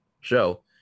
show